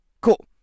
Cool